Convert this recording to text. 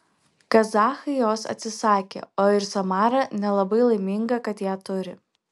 kazachai jos atsisakė o ir samara nelabai laiminga kad ją turi